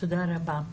תודה רבה.